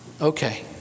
Okay